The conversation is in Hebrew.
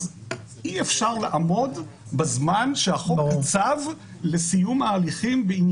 אי אפשר לעמוד בזמן שהחוק קצב לסיום ההליכים.